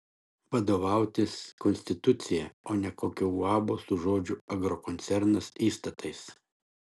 vadovautis konstitucija o ne kokio uabo su žodžiu agrokoncernas įstatais